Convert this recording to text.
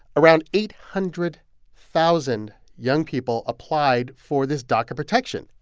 around eight hundred thousand young people applied for this daca protection.